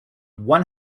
one